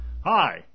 Hi